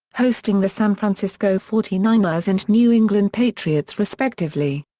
hosting the san francisco forty nine ers and new england patriots respectively.